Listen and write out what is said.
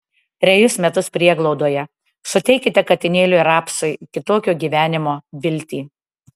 trejus metus prieglaudoje suteikite katinėliui rapsui kitokio gyvenimo viltį